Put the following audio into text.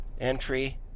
entry